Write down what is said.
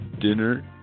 dinner